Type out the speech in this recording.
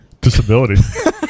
disability